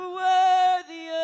worthy